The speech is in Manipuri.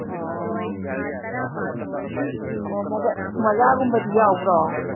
ꯑꯣ ꯃꯣꯖꯥꯒꯨꯝꯕꯗꯤ ꯌꯥꯎꯕ꯭ꯔꯣ